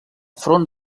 front